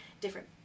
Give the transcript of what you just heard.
different